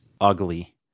ugly